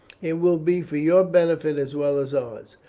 it will be for your benefit as well as ours.